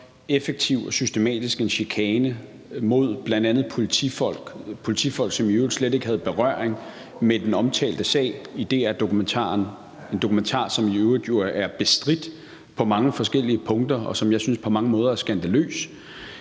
effektiv og systematisk en chikane mod bl.a. politifolk – politifolk, som i øvrigt slet ikke havde berøring med den omtalte sag i DR-dokumentaren, en dokumentar, som i øvrigt også er blevet bestridt på mange forskellige punkter, og som jeg på mange måder også synes